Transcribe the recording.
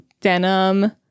denim